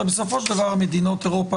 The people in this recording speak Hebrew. הרי בסופו של דבר מדינות אירופה,